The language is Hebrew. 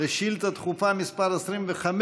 שאילתה דחופה מס' 25,